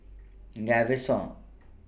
Gaviscon